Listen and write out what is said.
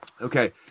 okay